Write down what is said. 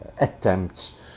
attempts